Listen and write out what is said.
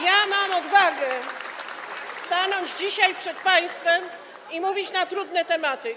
Ja mam odwagę stanąć dzisiaj przed państwem i mówić na trudne tematy.